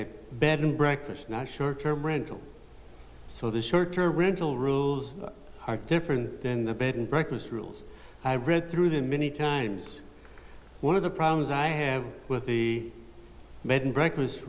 a bed and breakfast not short term brendel so the short term rental rules are different than the bed and breakfast rules i read through that many times one of the problems i have with the bed and breakfast